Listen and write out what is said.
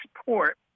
support